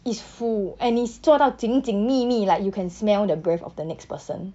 is full and is 坐到紧紧密密 like you can smell the breath of the next person